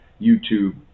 YouTube